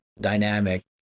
dynamic